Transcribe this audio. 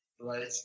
right